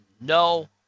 no